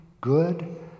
good